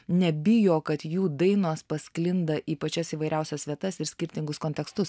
nebijo kad jų dainos pasklinda į pačias įvairiausias vietas ir skirtingus kontekstus